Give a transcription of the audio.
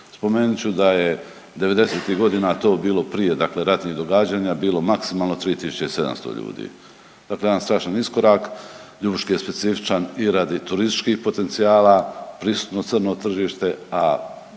Spomenut ću da je '90.-tih godina to bilo prije dakle ratnih događanja bilo maksimalno 3.700 ljudi. Dakle, jedan strašan iskorak. Ljubuški je specifičan i radi turističkih potencijala, prisutno crno tržište, a